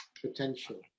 potential